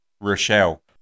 Rochelle